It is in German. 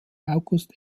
august